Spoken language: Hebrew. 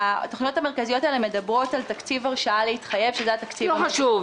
התוכניות המרכזיות מדברות על תקציב הרשאה להתחייב --- לא חשוב,